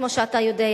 כמו שאתה יודע,